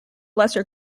lesser